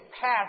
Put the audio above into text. pass